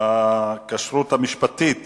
הכשרות המשפטית